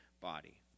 body